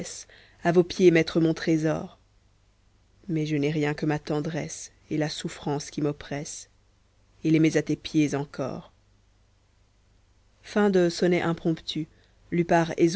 a vos pieds mettre mon trésor mais je n'ai rien que ma tendresse et la souffrance qui m'oppresse et les mets à tes pieds encor sonnet